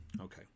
okay